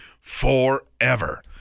forever